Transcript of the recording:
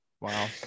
Wow